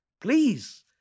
Please